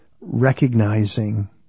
recognizing